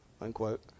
unquote